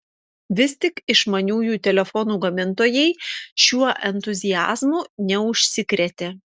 vis tik išmaniųjų telefonų gamintojai šiuo entuziazmu neužsikrėtė